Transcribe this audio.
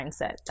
mindset